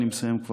אני כבר מסיים,